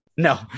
No